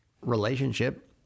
relationship